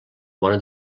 bona